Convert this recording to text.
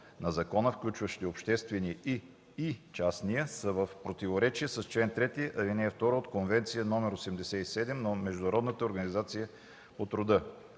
на закона, включващи „обществени” и „и частния” са в противоречие с чл. 3, ал. 2 от Конвенция № 87 на Международната организация по труда.